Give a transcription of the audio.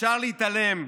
אפשר להתעלם,